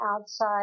outside